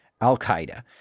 Al-Qaeda